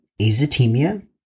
azotemia